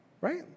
right